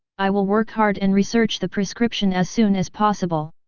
i will work hard and research the prescription as soon as possible.